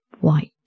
white